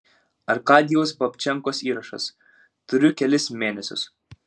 arkadijaus babčenkos įrašas turiu kelis mėnesius